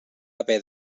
haver